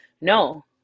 no